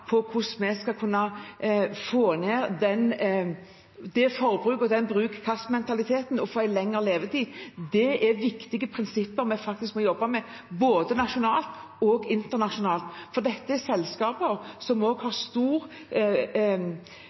hvordan vi skal få ned det forbruket og den bruk-og-kast-mentaliteten og få en lengre levetid, er viktige prinsipper som vi må jobbe med både nasjonalt og internasjonalt. For dette er selskaper som har stor